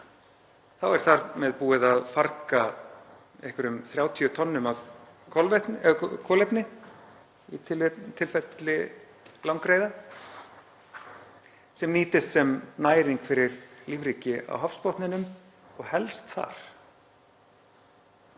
þá er þar með búið að farga einhverjum 30 tonnum af kolefni, í tilfelli langreyða, sem nýtist sem næring fyrir lífríki á hafsbotninum og helst þar.